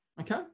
Okay